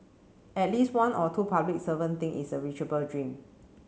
at least one or two public servants think it's a reachable dream